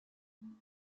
and